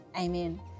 amen